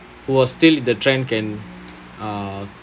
who was still the trend can uh